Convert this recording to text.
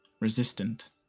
Resistant